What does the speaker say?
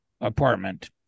apartment